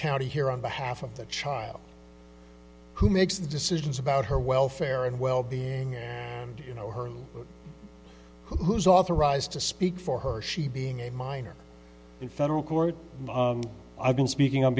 county here on behalf of the child who makes the decisions about her welfare and well being and you know her who's authorized to speak for her she being a minor in federal court i've been speaking on